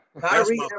Kyrie